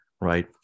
Right